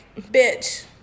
bitch